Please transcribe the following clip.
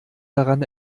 daran